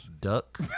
Duck